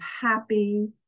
happy